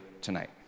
tonight